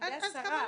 מה הועילו חכמים